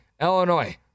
Illinois